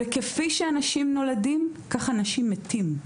כפי שאנשים נולדים, ככה אנשים מתים,